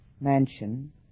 mansion